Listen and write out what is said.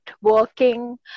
working